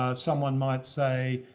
ah someone might say,